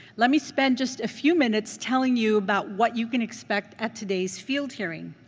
let me spend just a few minutes telling you about what you can expect at today's field hearing.